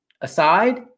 aside